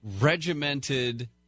regimented